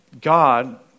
God